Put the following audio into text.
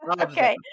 Okay